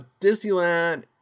Disneyland